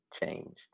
changed